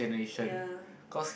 ya